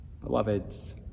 Beloveds